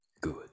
Good